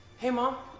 hey mom?